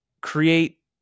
create